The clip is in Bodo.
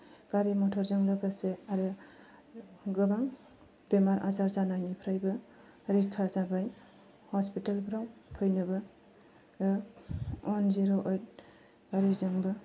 गारि मथरजों लोगोसे आरो गोबां बेमार आजार जानायनिफ्रायबो रैखा जाबाय हस्पिताल फ्राव फैनोबो ओ वान जिर' ऐड गारिजोंबो